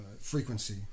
Frequency